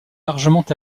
largement